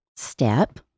step